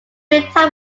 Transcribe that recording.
retired